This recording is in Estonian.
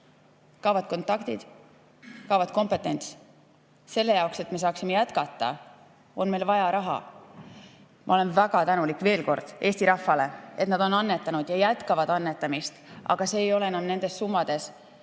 Kaovad kontaktid, kaob kompetents. Selle jaoks, et me saaksime jätkata, on meil vaja raha. Ma olen väga tänulik – ütlen veel kord – Eesti rahvale, et nad on annetanud ja jätkavad annetamist, aga see ei ole enam nendes summades, millega